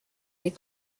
les